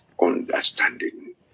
understanding